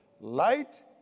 Light